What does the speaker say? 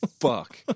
Fuck